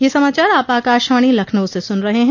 ब्रे क यह समाचार आप आकाशवाणी लखनऊ से सुन रहे हैं